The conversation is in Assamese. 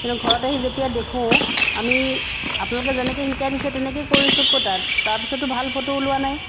কিনু ঘৰত আহি যেতিয়া দেখো আমি আপোনালোকে যেনেকৈ শিকাই দিছে তেনেকৈয়ে কৰিছো ক'তা তাৰ পিছতো ভাল ফটো ওলোৱা নাই